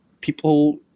people